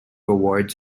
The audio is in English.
awards